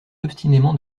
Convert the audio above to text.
obstinément